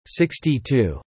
62